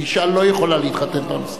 ואשה לא יכולה להתחתן פעם נוספת.